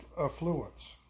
affluence